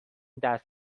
دست